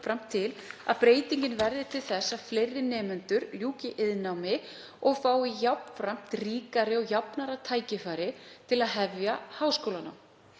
jafnframt til að breytingin verði til þess að fleiri nemendur ljúki iðnnámi og fái jafnframt ríkari og jafnari tækifæri til að hefja háskólanám.